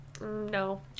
No